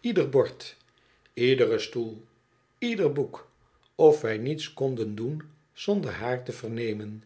ieder bord iederen stoel ieder bock of wij niets konden doen zonder haar te vernemen